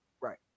Right